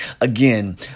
Again